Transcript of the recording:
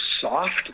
soft